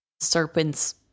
serpents